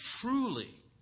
truly